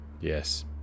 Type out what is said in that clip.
Yes